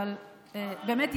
באמת,